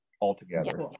altogether